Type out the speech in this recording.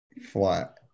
flat